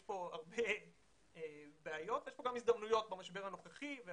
יש כאן הרבה בעיות אבל במשבר הנוכחי יש גם הזדמנויות.